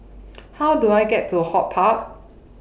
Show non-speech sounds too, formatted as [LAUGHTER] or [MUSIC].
[NOISE] How Do I get to HortPark